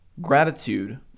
Gratitude